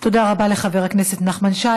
תודה רבה לחבר הכנסת נחמן שי.